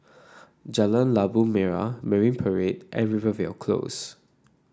Jalan Labu Merah Marine Parade and Rivervale Close